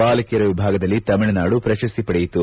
ಬಾಲಕಿಯರ ವಿಭಾಗದಲ್ಲಿ ತಮಿಳುನಾಡು ಪ್ರಶಸ್ತಿ ಪಡೆಯಿತು